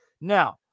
Now